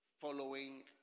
following